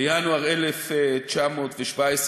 בינואר 1917,